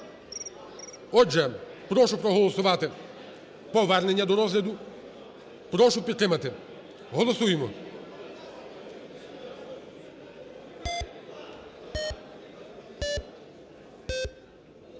Отже, прошу проголосувати повернення до розгляду. Прошу підтримати. Голосуємо.